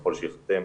ככל שייחתם,